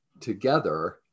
together